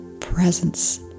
presence